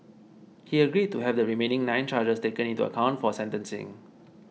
he agreed to have the remaining nine charges taken into account for sentencing